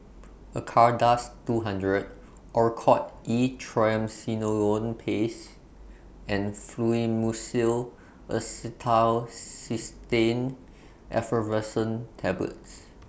Acardust two hundred Oracort E Triamcinolone Paste and Fluimucil Acetylcysteine Effervescent Tablets